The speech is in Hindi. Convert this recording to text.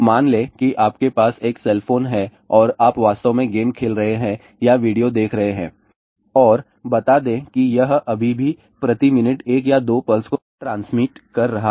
मान लें कि आपके पास एक सेल फोन है और आप वास्तव में गेम खेल रहे हैं या वीडियो देख रहे हैं और बता दें कि यह अभी भी प्रति मिनट एक या दो पल्स को ट्रांसमिट कर रहा है